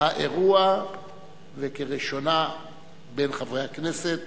האירוע וכראשונה בין חברי הכנסת